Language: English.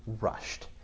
rushed